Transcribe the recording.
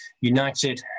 United